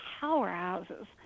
powerhouses